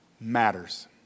matters